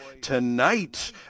tonight